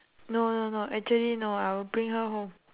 no no no actually no I will bring her home